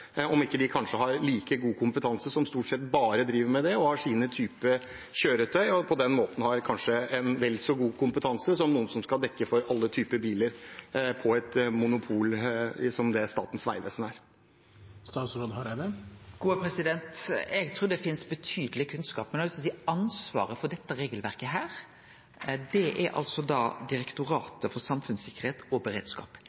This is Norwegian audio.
om han ikke ser at de bedriftene som driver med verkstedvirksomhet på denne typen kjøretøy, og som stort sett bare driver med det, kanskje har like god eller vel så god kompetanse som noen som skal dekke alle typer biler i et monopol som det Statens vegvesen er. Eg trur det finst betydeleg kunnskap, men ansvaret for dette regelverket er det Direktoratet for samfunnstryggleik og beredskap som har. Det er